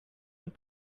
und